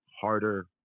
Harder